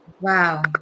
Wow